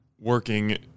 working